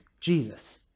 Jesus